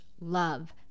love